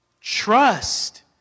Trust